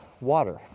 water